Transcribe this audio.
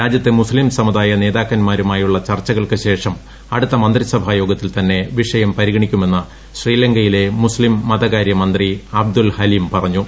രാജ്യത്തെ മുസ്ലീം സമുദായ നേതാക്കന്മാരുമായുള്ള ചർച്ചകൾക്ക് ശേഷം അടുത്ത മന്ത്രിസഭാ യോഗത്തിൽ തന്നെ വിഷയം പരിഗണിക്കുമെന്ന് ശ്രീലങ്കയിലെ മുസ്തീം മതകാരൃ മന്ത്രി അബ്ദുൾ ഹലീം പറഞ്ഞു